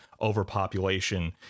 overpopulation